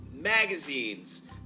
magazines